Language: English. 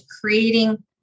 creating